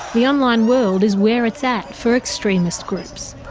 the online world is where it's at for extremist groups.